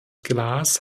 glas